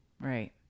Right